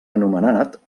anomenat